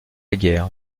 guerre